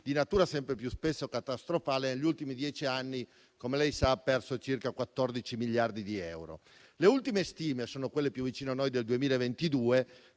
di natura sempre più spesso catastrofale, negli ultimi dieci anni, come lei sa, ha perso circa 14 miliardi di euro. Queste le ultime stime, quelle più vicine a noi, del 2022: